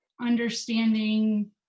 understanding